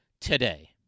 today